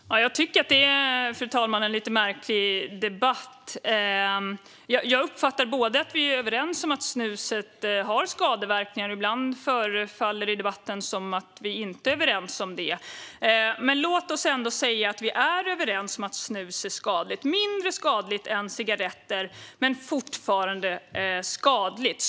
Fru talman! Jag tycker att det är en lite märklig debatt. Jag uppfattar att vi är överens om att snuset har skadeverkningar, men ibland förefaller det i debatten som att vi inte är överens om det. Men låt oss ändå säga att vi är överens om att snus är skadligt. Det är mindre skadligt än cigaretter men fortfarande skadligt.